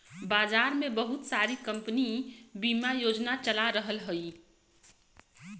भारत में बहुत सारी कम्पनी बिमा योजना चला रहल हयी